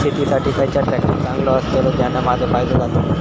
शेती साठी खयचो ट्रॅक्टर चांगलो अस्तलो ज्याने माजो फायदो जातलो?